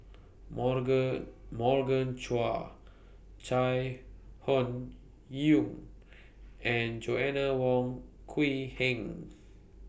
Morgan Morgan Chua Chai Hon Yoong and Joanna Wong Quee Heng